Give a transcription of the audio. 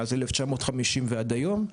מ-1950 ועד היום.